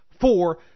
four